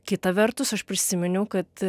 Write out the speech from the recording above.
kita vertus aš prisiminiau kad